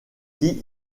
qui